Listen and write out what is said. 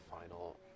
final